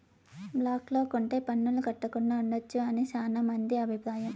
black లో కొంటె పన్నులు కట్టకుండా ఉండొచ్చు అని శ్యానా మంది అభిప్రాయం